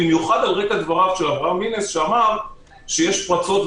במיוחד על רקע דבריו של אברהם מינס שאמר שיש פרצות,